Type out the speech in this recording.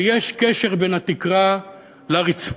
ויש קשר בין התקרה לרצפה.